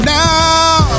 now